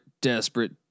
desperate